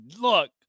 Look